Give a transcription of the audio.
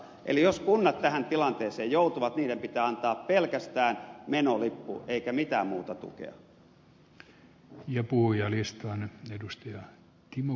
eli jos kunnat tähän tilanteeseen joutuvat niiden pitää antaa pelkästään menolippu eikä mitään muuta tukea